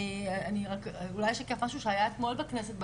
ואולי אני אשתף משהו שהיה אתמול בכנסת,